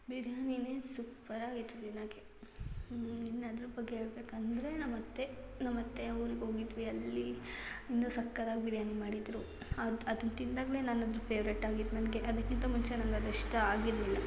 ಬಿರ್ಯಾನಿಯೇ ಸೂಪ್ಪರಾಗಿತ್ತು ತಿನ್ನಕ್ಕೆ ಇನ್ನು ಅದ್ರ ಬಗ್ಗೆ ಹೇಳಬೇಕಂದ್ರೆ ನಮ್ಮ ಅತ್ತೆ ನಮ್ಮ ಅತ್ತೆ ಊರಿಗೆ ಹೋಗಿದ್ವಿ ಅಲ್ಲಿ ಇನ್ನೂ ಸಖತ್ತಾಗಿ ಬಿರ್ಯಾನಿ ಮಾಡಿದ್ದರು ಅದು ಅದನ್ನು ತಿಂದಾಗಲೇ ನಾನು ಅದ್ರ ಫೇವ್ರೆಟ್ ಆಗಿದ್ದು ನನಗೆ ಅದಕ್ಕಿಂತ ಮುಂಚೆ ನನ್ಗದು ಇಷ್ಟ ಆಗಿರಲಿಲ್ಲ